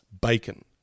bacon